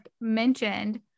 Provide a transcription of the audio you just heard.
mentioned